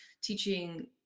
teaching